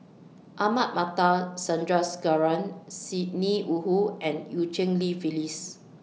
Ahmad Mattar Sandrasegaran Sidney Woodhull and EU Cheng Li Phyllis